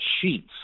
sheets